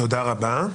תודה רבה.